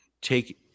take